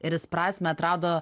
ir jis prasmę atrado